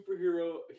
superhero